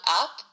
up